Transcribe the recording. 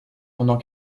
pendant